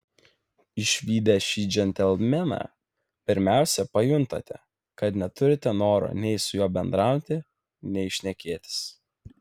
išvydę šį džentelmeną pirmiausia pajuntate kad neturite noro nei su juo bendrauti nei šnekėtis